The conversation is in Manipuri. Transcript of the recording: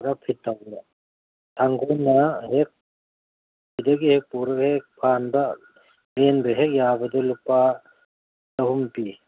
ꯄꯨꯔꯥ ꯐꯤꯠ ꯇꯧꯕꯗ ꯊꯥꯡꯒꯣꯟꯅ ꯍꯦꯛ ꯁꯤꯗꯒꯤ ꯍꯦꯛ ꯄꯨꯔꯒ ꯍꯦꯛ ꯐꯥꯟꯕ ꯂꯦꯟꯕ ꯍꯦꯛ ꯌꯥꯕꯗꯨ ꯂꯨꯄꯥ ꯆꯍꯨꯝ ꯄꯤ